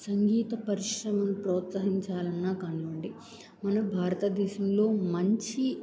సంగీత పరిశ్రమను ప్రోత్సహించాలన్నా కానివ్వండి మన భారతదేశంలో మంచి